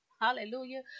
Hallelujah